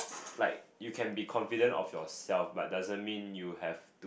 like you can be confident of yourself but doesn't mean you have